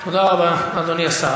תודה רבה, אדוני השר.